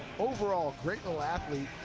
overall great little athlete,